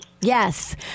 yes